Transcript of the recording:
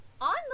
on